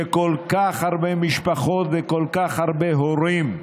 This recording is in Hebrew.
שכל כך הרבה משפחות וכל כך הרבה הורים,